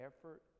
effort